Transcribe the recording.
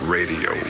Radio